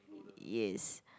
yes